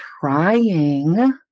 trying